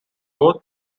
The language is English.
both